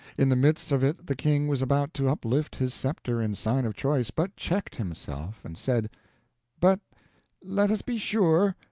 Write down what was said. in the midst of it the king was about to uplift his scepter in sign of choice, but checked himself and said but let us be sure.